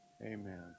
Amen